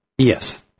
Yes